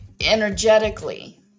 energetically